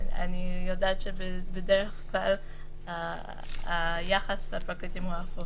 אני יודעת שבדרך כלל היחס לפרקליטים הוא הפוך,